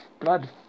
blood